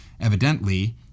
Evidently